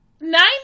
nine